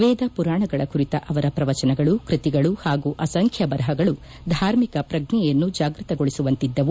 ವೇದ ಪುರಾಣಗಳ ಕುರಿತ ಅವರ ಪ್ರವಚನಗಳು ಕೃತಿಗಳು ಹಾಗೂ ಅಸಂಖ್ಯ ಬರಹಗಳು ಧಾರ್ಮಿಕ ಪ್ರಜ್ಞೆಯನ್ನು ಜಾಗ್ಬತ ಗೊಳಿಸುವಂತಿದ್ದವು